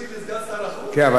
אבל לפי מה שאתה אמרת,